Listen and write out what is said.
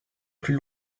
plus